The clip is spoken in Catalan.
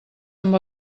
amb